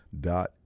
dot